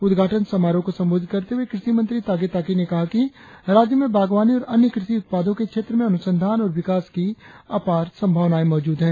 उद्घाटन समारोह को संबोधित करते हुए कृषि मंत्री तागे ताकी ने कहा कि राज्य में बागवानी और अन्य कृषि उत्पादों के क्षेत्र में अनुसंधान और विकास की अपार संभावनाएं मौजूद है